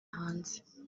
hanze